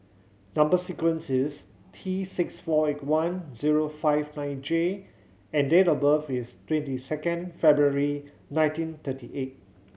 number sequence is T six four eight one zero five nine J and date of birth is twenty second February nineteen thirty eight